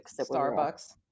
Starbucks